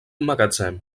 magatzem